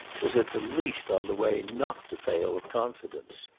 was at the least on the way not to fail of confidence.